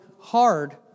hard